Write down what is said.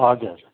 हजुर